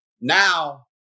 now